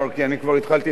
כי אני כבר התחלתי בתשובה,